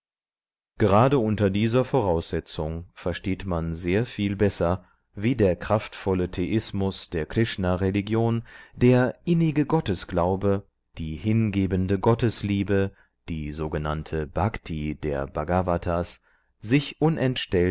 gerade unter dieser voraussetzung versteht man sehr viel besser wie der kraftvolle theismus der krishna religion der innige gottesglaube die hingebende gottesliebe die sogen bhakti der bhgavatas sich